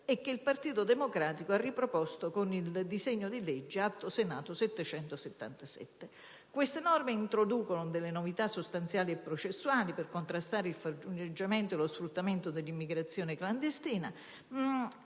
e che il Partito Democratico ha riproposto con il disegno di legge Atto Senato n. 777. Queste norme introducono novità sostanziali e processuali per contrastare il favoreggiamento e lo sfruttamento dell'immigrazione clandestina.